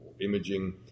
imaging